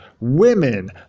women